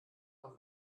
auf